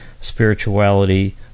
spirituality